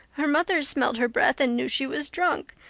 her mother smelled her breath and knew she was drunk.